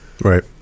right